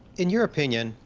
in your opinion,